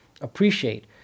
appreciate